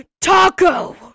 taco